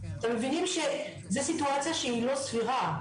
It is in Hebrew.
אתם מבינים שזו סיטואציה שהיא לא סבירה?